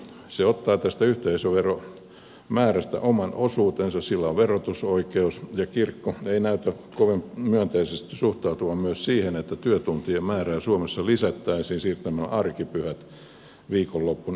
se ottaa tästä yhteisöveromäärästä oman osuutensa sillä on verotusoikeus ja kirkko ei näytä kovin myönteisesti suhtautuvan myöskään siihen että työtuntien määrää suomessa lisättäisiin siirtäen nuo arkipyhät viikonloppujen yhteyteen